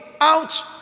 out